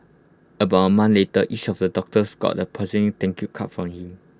about A later each of the doctors got A thank you card from him